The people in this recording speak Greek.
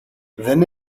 δεν